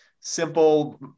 simple